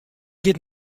giet